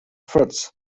fruits